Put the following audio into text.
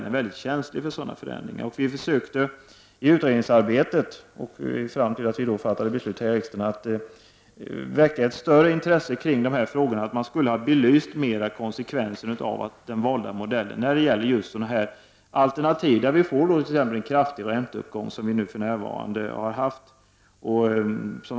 Vi försökte i utredningsarbetet, fram till dess beslutet fattades här i riksdagen, att väcka ett större intresse kring dessa frågor för att få konsekvensen av den valda modellen mer belyst just när det gäller situationer med en kraftig ränteuppgång, som vi för närvarande har haft.